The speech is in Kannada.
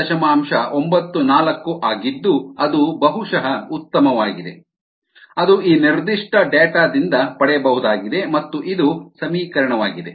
94 ಆಗಿದ್ದು ಅದು ಬಹುಶಃ ಉತ್ತಮವಾಗಿದೆ ಅದು ಈ ನಿರ್ದಿಷ್ಟ ಡೇಟಾ ದಿಂದ ಪಡೆಯಬಹುದಾಗಿದೆ ಮತ್ತು ಇದು ಸಮೀಕರಣವಾಗಿದೆ